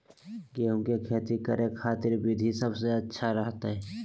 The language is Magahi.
गेहूं के खेती करे खातिर कौन विधि सबसे अच्छा रहतय?